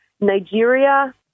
Nigeria